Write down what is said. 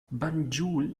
banjul